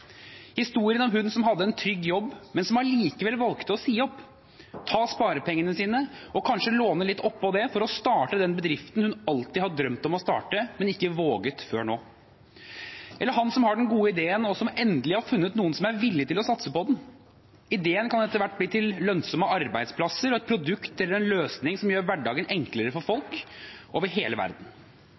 historien om henne som hadde en trygg jobb, men som allikevel valgte å si opp, ta sparepengene sine og kanskje låne litt oppå det for å starte den bedriften hun alltid har drømt om å starte, men ikke våget før nå. Eller om ham som har den gode ideen, og som endelig har funnet noen som er villig til å satse på den. Ideen kan etter hvert bli til lønnsomme arbeidsplasser og et produkt eller en løsning som gjør hverdagen enklere for folk over hele verden.